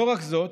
לא רק זאת,